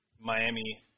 Miami